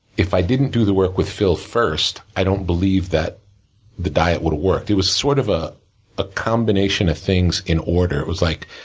if i didn't do the work with phil first, i don't believe that the diet would've worked it was sort of like ah a combination of things in order. it was like,